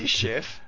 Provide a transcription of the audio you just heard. chef